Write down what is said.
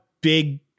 big